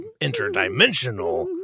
interdimensional